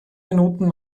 minuten